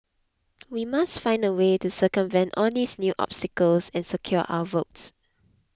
we must find a way to circumvent all these new obstacles and secure our votes